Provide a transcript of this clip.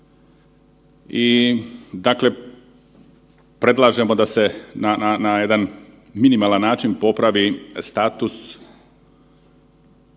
i dakle predlažemo da se na jedan minimalna način popravi status